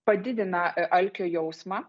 padidina alkio jausmą